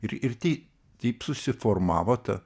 ir ir tai taip susiformavo ta